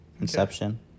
Inception